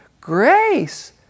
grace